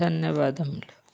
ధన్యవాదములు